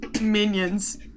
minions